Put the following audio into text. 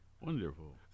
Wonderful